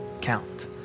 count